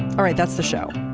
all right that's the show.